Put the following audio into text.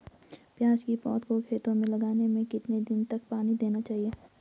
प्याज़ की पौध को खेतों में लगाने में कितने दिन तक पानी देना चाहिए?